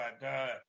god